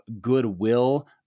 goodwill